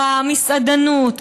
במסעדנות,